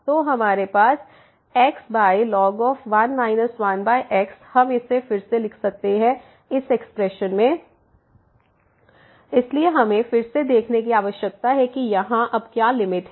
तो हमारे पास x ln 1 1x हम इसे फिर से लिख सकते हैं 1 1x1 ln 1 1x इसलिए हमें फिर से देखने की आवश्यकता है कि यहाँ अब क्या लिमिट है